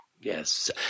Yes